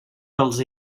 dels